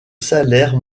salaire